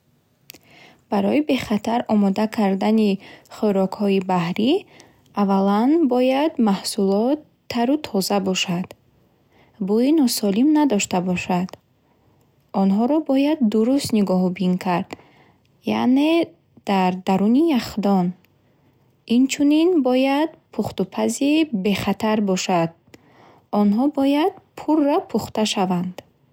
Барои бехатар омода кардани хӯрокҳои баҳрӣ аввалан бояд маҳсулот тару тоза бошад. Бӯйи носолим надоштабошад. Онҳоро бояд дуруст нигоҳубин кард, яъне дар даруни яхдон. Инчунин бояд пухтупази бехатар бошад. Онҳо бояд пурра пухта шаванд.